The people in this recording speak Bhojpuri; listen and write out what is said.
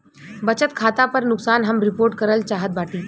बचत खाता पर नुकसान हम रिपोर्ट करल चाहत बाटी